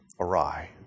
awry